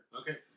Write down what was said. Okay